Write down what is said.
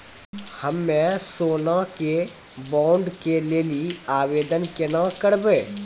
हम्मे सोना के बॉन्ड के लेली आवेदन केना करबै?